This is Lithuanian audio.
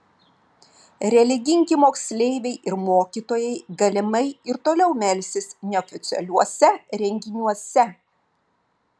religingi moksleiviai ir mokytojai galimai ir toliau melsis neoficialiuose renginiuose